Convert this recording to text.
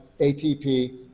ATP